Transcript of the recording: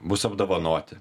bus apdovanoti